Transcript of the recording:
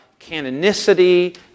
canonicity